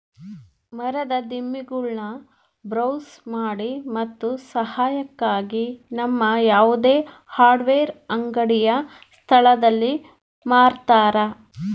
ಮರದ ದಿಮ್ಮಿಗುಳ್ನ ಬ್ರೌಸ್ ಮಾಡಿ ಮತ್ತು ಸಹಾಯಕ್ಕಾಗಿ ನಮ್ಮ ಯಾವುದೇ ಹಾರ್ಡ್ವೇರ್ ಅಂಗಡಿಯ ಸ್ಥಳದಲ್ಲಿ ಮಾರತರ